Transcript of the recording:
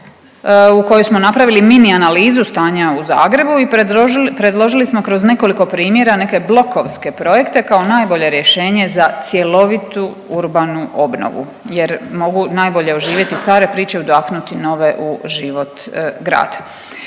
u kojoj smo napravili mini analizu stanja u Zagrebu i predložili smo kroz nekoliko primjera neke blokovske projekte kao najbolje rješenje za cjelovitu urbanu obnovu jer mogu najbolje oživjeti stare priče i udahnuti nove u život grada.